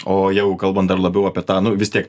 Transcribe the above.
o jau kalbant dar labiau apie tą nu vis tiek